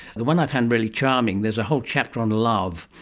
the one i found really charming, there's a whole chapter on love,